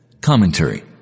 Commentary